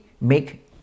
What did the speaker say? make